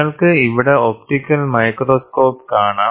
നിങ്ങൾക്ക് ഇവിടെ optical microscope കാണാം